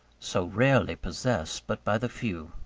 so rarely possessed but by the few.